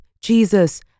Jesus